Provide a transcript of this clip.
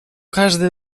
każdy